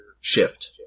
shift